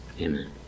Amen